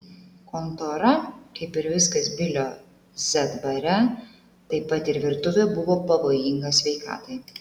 kontora kaip ir viskas bilio z bare taip pat ir virtuvė buvo pavojinga sveikatai